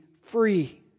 free